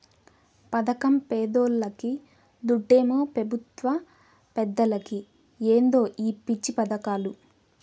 పదకం పేదోల్లకి, దుడ్డేమో పెబుత్వ పెద్దలకి ఏందో ఈ పిచ్చి పదకాలు